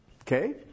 Okay